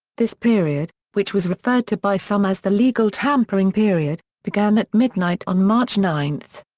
this period, which was referred to by some as the legal tampering period, began at midnight on march nine.